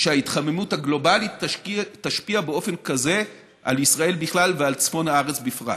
שההתחממות הגלובלית תשפיע באופן כזה על ישראל בכלל ועל צפון הארץ בפרט.